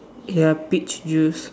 ya peach juice